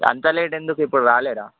అంతా లేట్ ఎందుకు ఇప్పుడు రాలేరా